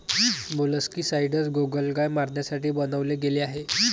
molluscicides गोगलगाय मारण्यासाठी बनवले गेले आहे